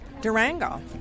Durango